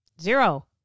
Zero